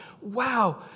Wow